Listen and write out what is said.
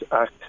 act